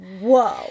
whoa